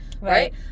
Right